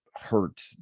hurt